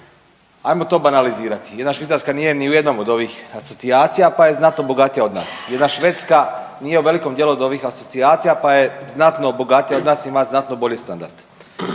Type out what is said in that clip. Hajmo to banalizirati. Jedna Švicarska nije ni u jednom od ovih asocijacija, pa je znatno bogatija od nas. Jedna Švedska nije u velikom dijelu od ovih asocijacija, pa je znatno bogatija od nas, ima znatno bolji standard.